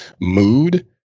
mood